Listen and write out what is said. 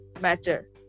matter